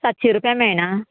सातशी रुपया मेळना